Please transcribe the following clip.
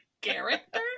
character